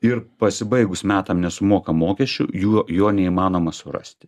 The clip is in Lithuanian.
ir pasibaigus metam nesumoka mokesčių jų jo neįmanoma surasti